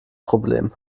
problem